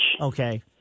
Okay